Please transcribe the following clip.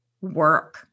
work